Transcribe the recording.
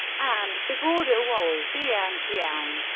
and the border wall bianqiang.